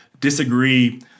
disagree